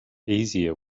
easier